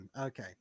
Okay